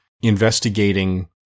investigating